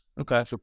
Okay